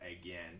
again